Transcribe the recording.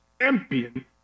champion